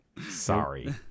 Sorry